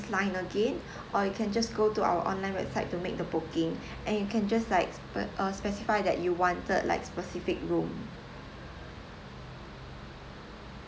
line again or you can just go to our online website to make the booking and you can just like sp~ uh specify that you wanted like specific room